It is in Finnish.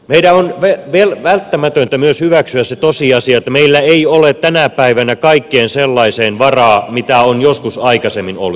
meidän on välttämätöntä myös hyväksyä se tosiasia että meillä ei ole tänä päivänä kaikkeen sellaiseen varaa mitä on joskus aikaisemmin ollut